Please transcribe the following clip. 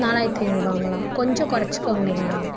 நாலாயிரத்தி ஐநூறுவாங்களா கொஞ்சோம் குறைச்சிக்கோ முடியுங்களா